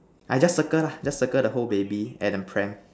I just circle lah just circle the whole baby and the pram